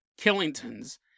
Killington's